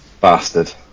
Bastard